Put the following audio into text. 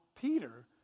Peter